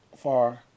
far